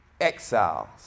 Exiles